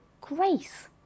grace